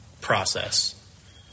process